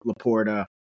Laporta